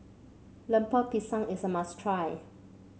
Lemper Pisang is a must try